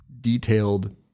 detailed